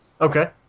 Okay